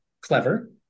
clever